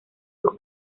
sus